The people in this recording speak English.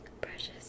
precious